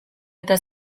eta